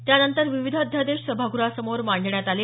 त्यानंतर विविध अध्यादेश सभागृहासमोर मांडण्यात आले